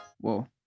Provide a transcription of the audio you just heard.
Whoa